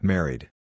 Married